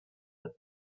that